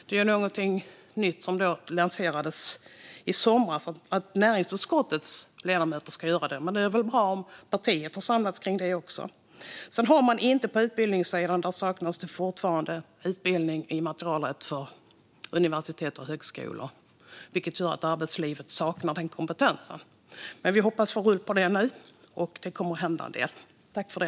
Det var något nytt som lanserades i somras att näringsutskottet ska göra det, men det är väl bra om partiet har samlats kring det också. På utbildningssidan saknas det fortfarande utbildning i immaterialrätt på universitet och högskolor, vilket gör att arbetslivet saknar den kompetensen. Men vi hoppas få rull på det nu, och det kommer att hända en del.